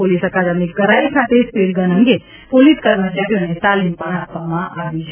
police અકાદમી કરાઈ ખાતે સ્પીડ ગન અંગે પોલીસ કર્મચારીઓને તાલીમ પણ આપવામાં આવી છે